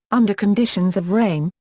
under conditions of rain,